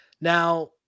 now